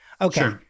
Okay